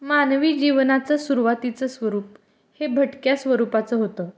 मानवी जीवनाचं सुरुवातीचं स्वरूप हे भटक्या स्वरूपाचं होतं